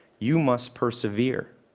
you must persevere.